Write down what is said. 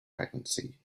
pregnancy